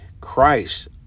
Christ